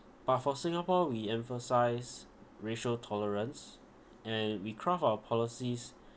but for singapore we emphasise racial tolerance and we craft our policies